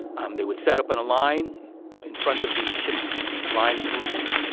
um they would set up in a line in front of the ship's line of movement.